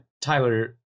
Tyler